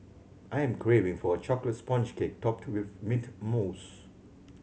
I am craving for a chocolate sponge cake topped with mint mousse